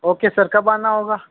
okay sir कब आना होगा